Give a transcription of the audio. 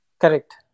Correct